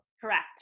Correct